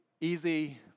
easy